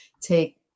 take